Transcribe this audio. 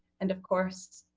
and, of course,